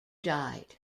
died